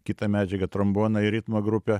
kitą medžiagą trombonai ritmo grupė